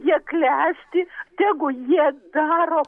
jie klesti tegu jie daro